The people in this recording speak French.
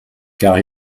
car